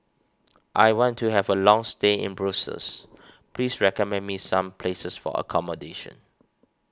I want to have a long stay in Brussels please recommend me some places for accommodation